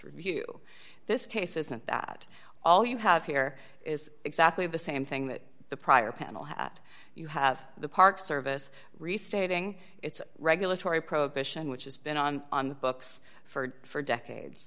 review this case isn't that all you have here is exactly the same thing that the prior panel that you have the park service restating its regulatory prohibition which has been on the books for decades